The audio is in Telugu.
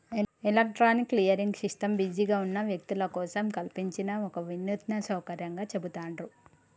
ఎలక్ట్రానిక్ క్లియరింగ్ సిస్టమ్ బిజీగా ఉన్న వ్యక్తుల కోసం కల్పించిన ఒక వినూత్న సౌకర్యంగా చెబుతాండ్రు